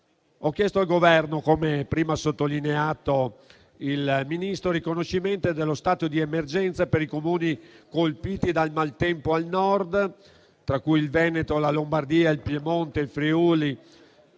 Ho chiesto al Governo, come prima sottolineato dal Ministro, il riconoscimento dello stato di emergenza per i Comuni colpiti dal maltempo al Nord, tra cui il Veneto, la Lombardia, il Piemonte, il